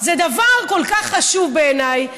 זה דבר כל כך חשוב בעיניי,